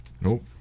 nope